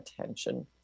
attention